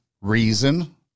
reason